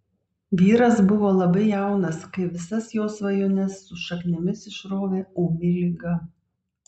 vyras buvo labai jaunas kai visas jo svajones su šaknimis išrovė ūmi liga